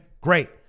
great